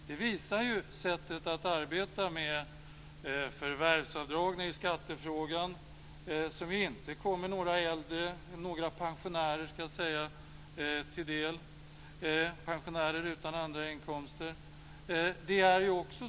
Det visar ju sättet att arbeta med förvärvsavdragen i skattefrågan, som ju inte kommer några pensionärer utan andra inkomster till del.